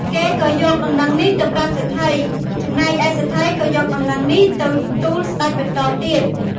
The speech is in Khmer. គេក៏យកដំណឹងនេះទៅប្រាប់សេដ្ឋី ចំណែកឯសេដ្ឋីក៏យកដំណឹងនេះទៅទូលស្តេចបន្តទៀត។